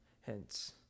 hence